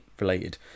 related